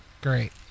Great